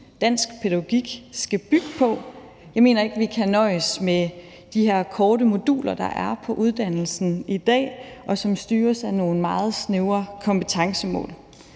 dansk pædagogik skal bygge på. Jeg mener ikke, at vi kan nøjes med de her korte moduler, der er på uddannelsen i dag, og som styres af nogle meget snævre kompetencemål.